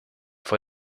for